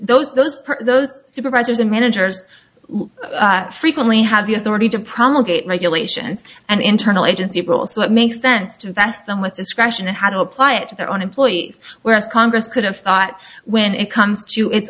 those those those supervisors and managers frequently have the authority to promulgated regulations and internal agency abroad so it makes sense to invest them with discretion in how to apply it to their own employees whereas congress could have that when it comes to its